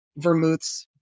vermouths